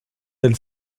elle